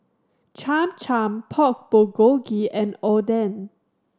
Cham Cham Pork Bulgogi and Oden